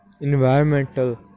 environmental